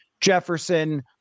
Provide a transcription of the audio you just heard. Jefferson